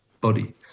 body